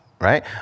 Right